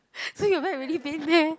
so your back really pain meh